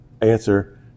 answer